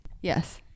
yes